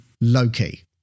Low-key